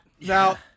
Now